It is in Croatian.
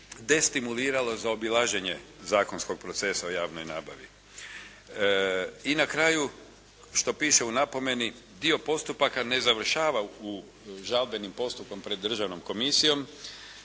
destimuliralo zaobilaženje zakonskog procesa o javnoj nabavi. I na kraju što piše u napomeni, dio postupaka ne završava žalbenim postupkom pred državnom komisijom